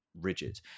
rigid